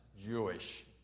Jewish